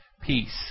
peace